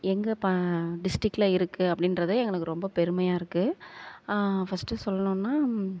எங்கள் ப டிஸ்ட்ரிக்கில் இருக்குது அப்படின்றதே எங்களுக்கு ரொம்ப பெருமையாக இருக்குது ஃபஸ்ட்டு சொல்லணுன்னா